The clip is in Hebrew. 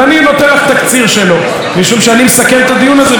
משום שאני מסכם את הדיון הזה ומגיב בעיקר על דבריה של